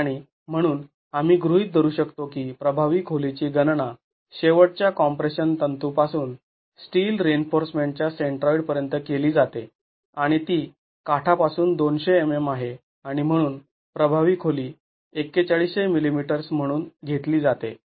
आणि म्हणून आम्ही गृहीत धरू शकतो की प्रभावी खोलीची गणना शेवटच्या कॉम्प्रेशन तंतूपासून स्टील रिइन्फोर्समेंट च्या सेंट्रॉइड पर्यंत केली जाते आणि ती काठा पासून २०० mm आहे आणि म्हणून प्रभावी खोली ४१०० मिलिमीटर्स म्हणून घेतली जाते